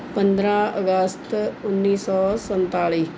ਪੰਦਰਾਂ ਅਗਸਤ ਉੱਨੀ ਸੌ ਸੰਤਾਲੀ